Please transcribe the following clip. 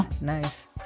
nice